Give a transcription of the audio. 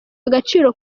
agaciro